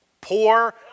poor